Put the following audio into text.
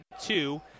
two